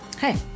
Hey